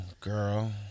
girl